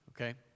Okay